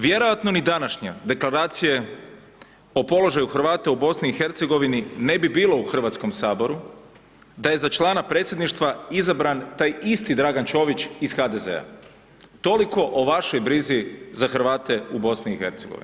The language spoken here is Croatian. Vjerojatno ni današnja deklaracije o položaju Hrvata u BIH, ne bi bilo u Hrvatskom saboru da je za člana predsjedništva izabran taj isti Dragan Čović iz HDZ-a toliko o vašoj brizi za Hrvate u BIH.